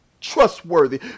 trustworthy